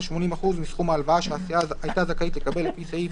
80% מסכום ההלוואה שהסיעה הייתה זכאית לקבל לפי סעיף